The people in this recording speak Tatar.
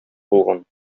булган